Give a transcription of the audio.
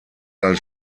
als